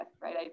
right